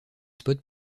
spots